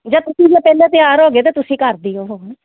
ਜਾਂ ਤੁਸੀਂ ਜੇ ਪਹਿਲਾਂ ਤਿਆਰ ਹੋ ਗਏ ਤਾਂ ਤੁਸੀਂ ਕਰ ਦਿਓ ਫ਼ੋਨ